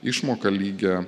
išmoką lygią